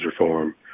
reform